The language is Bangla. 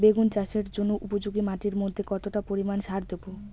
বেগুন চাষের জন্য উপযোগী মাটির মধ্যে কতটা পরিমান সার দেব?